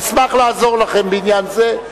אשמח לעזור לכם בעניין זה,